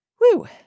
Woo